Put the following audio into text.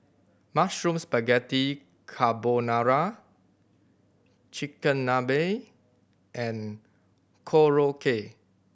Mushroom Spaghetti Carbonara Chigenabe and Korokke